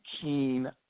keen